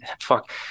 fuck